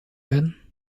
werden